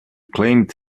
claimed